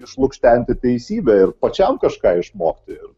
išlukštenti teisybę ir pačiam kažką išmokti ir